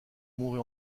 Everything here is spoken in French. mourut